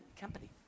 company